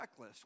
checklist